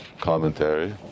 commentary